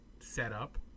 setup